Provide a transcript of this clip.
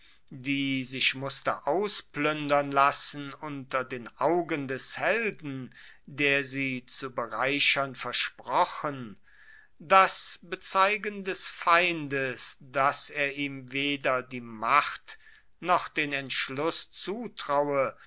die sich musste auspluendern lassen unter den augen des helden der sie zu bereichern versprochen das bezeigen des feindes dass er ihm weder die macht noch den entschluss zutraue